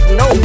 no